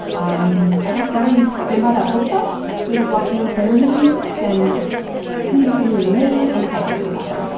um i guess why don't you stand by that bookshelf? maybe block some of the theremin music. and can you just give me your name and title, professor?